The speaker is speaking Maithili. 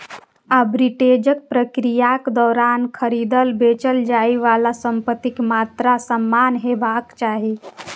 आर्बिट्रेजक प्रक्रियाक दौरान खरीदल, बेचल जाइ बला संपत्तिक मात्रा समान हेबाक चाही